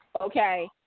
Okay